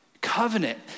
covenant